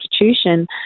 institution